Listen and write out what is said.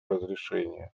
разрешения